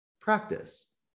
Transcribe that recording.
practice